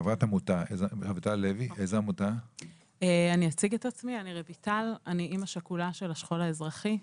אני אימא שכולה של השכול האזרחי.